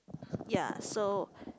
ya so